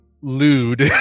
lewd